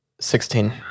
sixteen